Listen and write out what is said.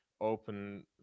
open